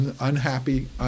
unhappy